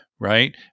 Right